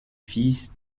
fils